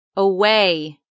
Away